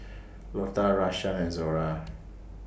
Lotta Rashaan and Zora